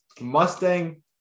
mustang